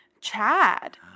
Chad